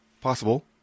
Possible